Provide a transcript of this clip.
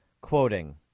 Quoting